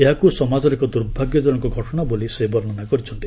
ଏହାକୁ ସମାଜର ଏକ ଦୂର୍ଭାଗ୍ୟଜନକ ଘଟଣା ବୋଲି ସେ ବର୍ଷ୍ଣନା କରିଛନ୍ତି